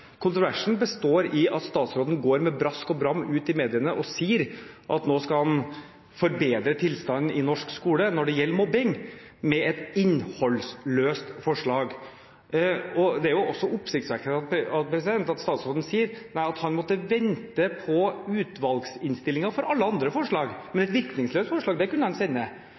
Kontroversen består i at statsråden går med brask og bram ut i mediene og sier at nå skal han forbedre tilstanden i norsk skole når det gjelder mobbing, med et innholdsløst forslag. Det er også oppsiktsvekkende at statsråden sier at han måtte vente på utvalgsinnstillingen for alle andre forslag, men et virkningsløst forslag kunne han sende!